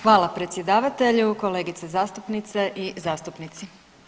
Hvala predsjedavatelju, kolegice zastupnice i zastupnici.